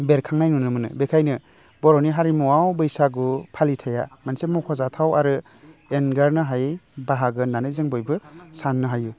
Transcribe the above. बेरखांनाय नुनो मोनो बेखायनो बर'नि हारिमुआव बैसागु फालिथाइया मोनसे मख'जाथाव आरो एंगारनो हायै बाहागो होननानै जों बयबो साननो हायो